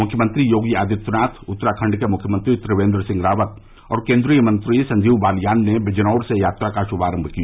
मुख्यमंत्री योगी आदित्यनाथ उत्तराखण्ड के मुख्यमंत्री त्रिवेन्द्र सिंह रावत और केन्द्रीय मंत्री संजीव बालियान ने बिजनौर से यात्रा का शुभारम्भ किया